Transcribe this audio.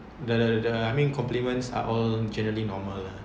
the the I mean complements are all generally normal lah